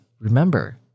Remember